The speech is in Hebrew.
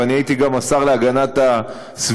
ואני הייתי גם השר להגנת הסביבה,